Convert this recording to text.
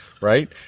right